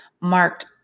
marked